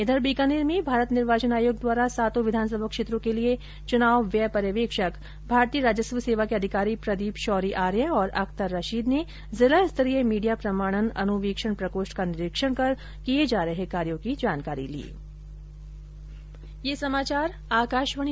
इधर बीकानेर में भारत निर्वाचन आयोग द्वारा सातों विधानसभा क्षेत्रों के लिए चुनाव व्यय पर्यवेक्षक भारतीय राजस्व सेवा के अधिकारी प्रदीप शौरी आर्य और अख्तर रशीद ने जिला स्तरीय मीडिया प्रमाणन अनुवीक्षण प्रकोष्ठ का निरीक्षण कर किये जा रहे कार्यों की जानकारी ली